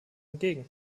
entgegen